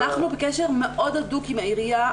אנחנו בקשר מאוד הדוק עם העיריה,